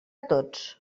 tots